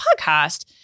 podcast